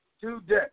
Today